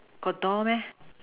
got door meh